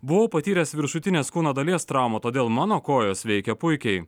buvau patyręs viršutinės kūno dalies traumą todėl mano kojos veikė puikiai